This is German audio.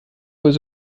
wurde